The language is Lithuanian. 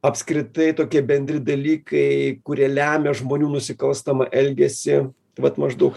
apskritai tokie bendri dalykai kurie lemia žmonių nusikalstamą elgesį vat maždaug